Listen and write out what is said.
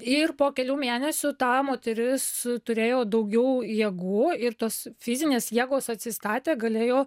ir po kelių mėnesių ta moteris turėjo daugiau jėgų ir tos fizinės jėgos atsistatė galėjo